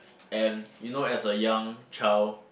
and you know as a young child